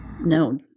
No